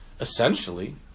essentially